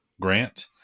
grant